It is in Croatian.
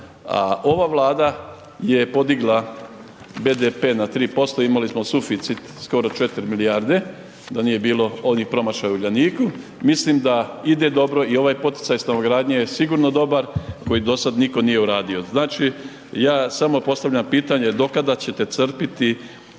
ova Vlada podigla BDP na 3%, imali smo suficit skoro 4 milijarde da nije bilo onih promašaja u Uljaniku, mislim da ide dobro i ovaj poticaj stanogradnje je sigurno koji dosad nitko nije uradio. Znači ja sam postavljam pitanje, dokada ćete crpiti